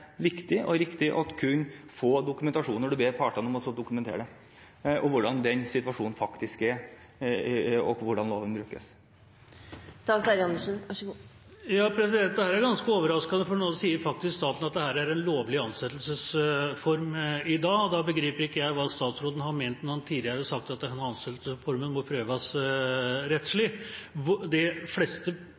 viktig og riktig å kunne få dokumentasjon når man ber partene om å dokumentere hvordan situasjonen faktisk er, og hvordan loven brukes. Dette er ganske overraskende, for nå sier faktisk statsråden at dette er en lovlig ansettelsesform i dag, og da begriper ikke jeg hva statsråden har ment når han tidligere har sagt at denne ansettelsesformen må prøves rettslig. De fleste